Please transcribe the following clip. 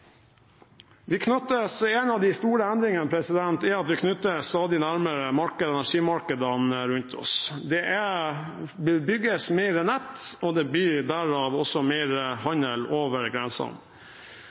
En av de store endringene er at vi knyttes stadig nærmere energimarkedene rundt oss. Det bygges mer nett, og det blir derav mer handel over grensene. Det gjør selvfølgelig også